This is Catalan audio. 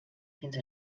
fins